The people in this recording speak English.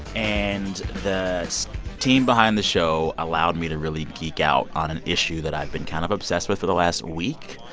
and the team behind the show allowed me to really geek out on an issue that i've been kind of obsessed with for the last week.